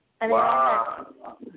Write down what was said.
Wow